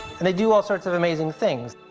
and they do all sorts of amazing things.